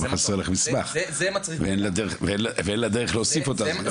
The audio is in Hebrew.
אבל חסר לך מסמך ואין לה דרך להוסיף אותו.